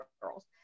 girls